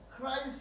Christ